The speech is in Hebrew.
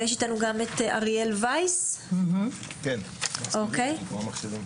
נמצא אתנו גם אריאל וייס שיוכל גם הוא להתייחס.